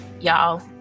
y'all